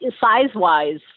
Size-wise